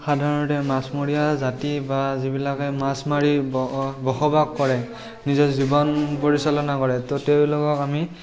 সাধাৰণতে মাছমৰীয়া জাতি বা যিবিলাকে মাছ মাৰি বস বসবাস কৰে নিজৰ জীৱন পৰিচালনা কৰে ত তেওঁলোকক আমি